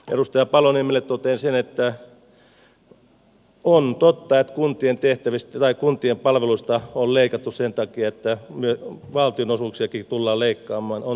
edustaja paloniemelle totean että on totta että kuntien palveluista on leikattu sen takia että valtionosuuksiakin on leikattu